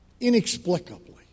inexplicably